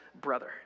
brother